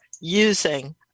using